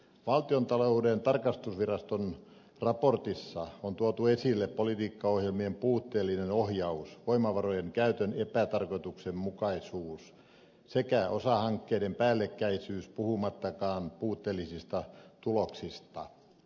valtiontalouden tarkastusviraston raportissa on tuotu esille politiikkaohjelmien puutteellinen ohjaus voimavarojen käytön epätarkoituksenmukaisuus sekä osahankkeiden päällekkäisyys puhumattakaan puutteellisista tuloksista